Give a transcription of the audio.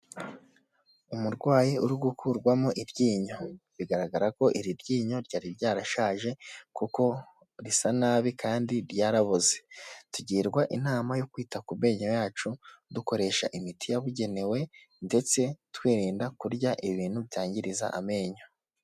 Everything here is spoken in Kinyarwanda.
Umurwayi uri gukurwamo iryinyo, bigaragara ko iri ryinyo ryari ryarashaje kuko risa nabi kandi ryaraboze, tugirwa inama yo kwita ku menyo yacu dukoresha imiti yabugenewe ndetse twirinda kurya ibintu byangiriza amenyo.